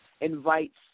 invites